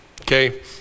okay